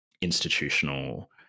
institutional